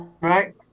Right